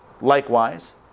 Likewise